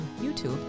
YouTube